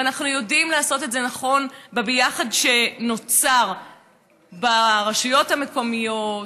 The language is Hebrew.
ואנחנו יודעים לעשות את זה נכון בביחד שנוצר ברשויות המקומיות,